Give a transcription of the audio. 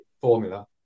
Formula